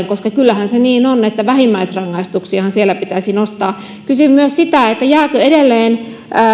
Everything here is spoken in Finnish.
koska kyllähän se niin on että vähimmäisrangaistuksiahan siellä pitäisi nostaa kysyn myös sitä jääkö edelleen